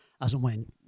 as-and-when